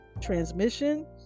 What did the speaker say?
transmission